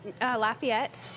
Lafayette